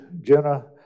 jenna